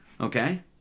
Okay